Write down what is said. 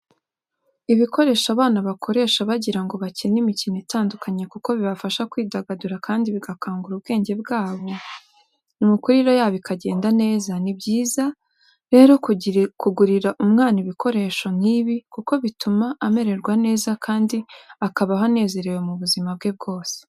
Ibikoresho abana bakoresha bagira ngo bakine imikino itandukanye kuko bibafasha kwidagadura kandi bigakangura ubwenge bwabo, imikurire yabo ikagenda neza, ni byiza rero kugurira umwana ibikoresho nk'ibi kuko bituma amererwa neza kandi akabaho anezerewe mu buzima bwe bwose.